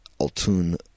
Altun